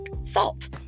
salt